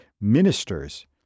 ministers